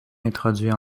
introduit